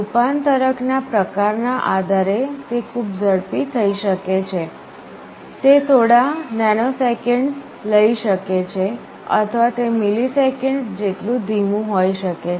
રૂપાંતરક ના પ્રકાર ના આધાર પર તે ખૂબ ઝડપી થઈ શકે છે તે થોડા નેનોસેકન્ડ્સ લઈ શકે છે અથવા તે મિલિસેકન્ડ્સ જેટલું ધીમું હોઈ શકે છે